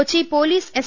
Kochi police അസി